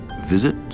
Visit